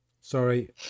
sorry